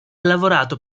lavorato